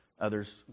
Others